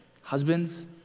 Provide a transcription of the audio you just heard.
Husbands